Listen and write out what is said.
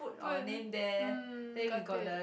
put mm got it